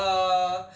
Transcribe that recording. mm